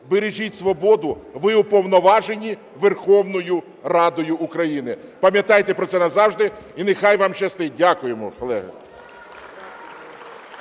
Бережіть свободу. Ви уповноважені Верховною Радою України. Пам'ятайте про це назавжди і нехай вам щастить. Дякуємо, колеги.